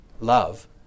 love